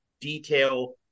detail